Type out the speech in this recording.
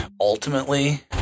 ultimately